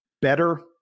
Better